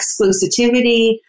exclusivity